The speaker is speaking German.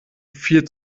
viel